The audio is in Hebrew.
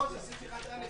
לא, זה סעיף 1(א).